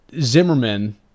Zimmerman